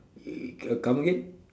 it uh come again